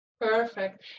Perfect